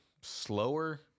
slower